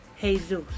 Jesus